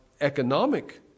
economic